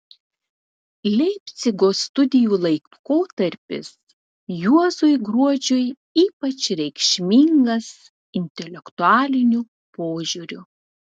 leipcigo studijų laikotarpis juozui gruodžiui ypač reikšmingas intelektualiniu požiūriu